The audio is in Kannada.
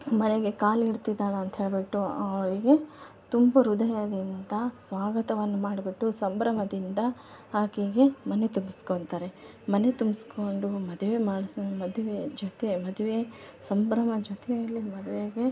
ಮನೆಗೆ ಕಾಲಿಡ್ತಿದ್ದಾಳೆಂಥೇಳಿಬಿಟ್ಟು ಅವರಿಗೆ ತುಂಬು ಹೃದಯದಿಂದ ಸ್ವಾಗತವನ್ನು ಮಾಡಿಬಿಟ್ಟು ಸಂಭ್ರಮದಿಂದ ಆಕೆಗೆ ಮನೆ ತುಂಬಿಸ್ಕೊತಾರೆ ಮನೆ ತುಂಬಿಸ್ಕಡು ಮದುವೆ ಮಾಡಿಸಿ ಮದುವೆ ಜೊತೆ ಮದುವೆ ಸಂಭ್ರಮ ಜೊತೇಲಿ ಮದುವೆಗೆ